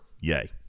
Yay